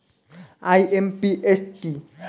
IMPS কি?